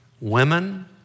Women